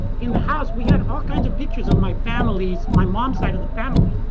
in the house, we had all kinds of pictures of my family, my mom's side of the family.